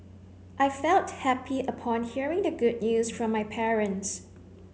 I felt happy upon hearing the good news from my parents